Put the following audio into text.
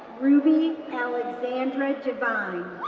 ruby alexandra devine,